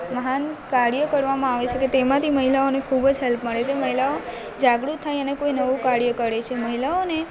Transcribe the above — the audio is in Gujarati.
મહાન કાર્યો કરવામાં આવે છે કે તેમાંથી મહિલાઓને ખૂબ જ હેલ્પ મળે તે મહિલાઓ જાગૃત થઈ અને કોઈ નવું કાર્ય કરે છે મહિલાઓને